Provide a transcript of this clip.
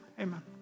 Amen